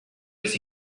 was